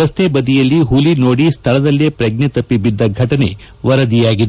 ರಸ್ನೆಬದಿಯಲ್ಲಿ ಪುಲಿ ನೋಡಿ ಸ್ನಳದಲ್ಲೇ ಪ್ರಜ್ನೆ ತಪ್ಪಿ ವಿದ್ದ ಘಟನೆ ವರದಿ ಆಗಿದೆ